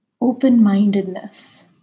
open-mindedness